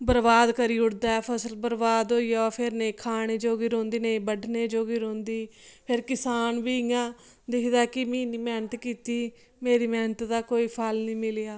बर्बाद करी उड़दा फसल बर्बाद होई जा फिर नी खाने जोगी रौह्ंदी नेई बड्ढने जोगी रौह्ंदी फिर किसान बी इयां दिक्खदा की मैं इन्नी मेहनत कीती मेरी मेहनत दा कोई फल नी मिलेआ